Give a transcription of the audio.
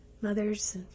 Mothers